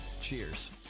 Cheers